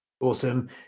Awesome